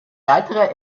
weiterer